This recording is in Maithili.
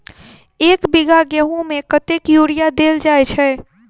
एक बीघा गेंहूँ मे कतेक यूरिया देल जाय छै?